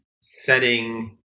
setting